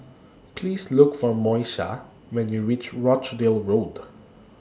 Please Look For Moesha when YOU REACH Rochdale Road